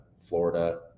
Florida